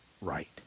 right